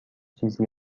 چیزی